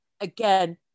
again